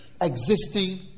existing